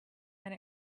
and